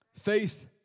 Faith